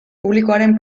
publikoaren